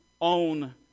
own